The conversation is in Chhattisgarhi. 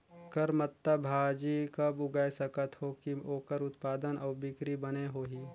करमत्ता भाजी कब लगाय सकत हो कि ओकर उत्पादन अउ बिक्री बने होही?